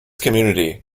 community